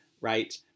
right